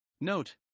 Note